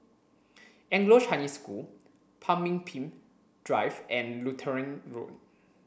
Anglo Chinese School Pemimpin Drive and Lutheran Road